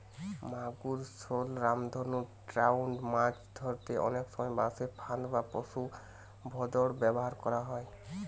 মাগুর, শল, রামধনু ট্রাউট মাছ ধরতে অনেক সময় বাঁশে ফাঁদ বা পুশা ভোঁদড় ব্যাভার করা হয়